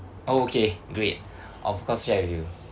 oh okay great of course share with you